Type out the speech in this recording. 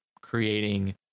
creating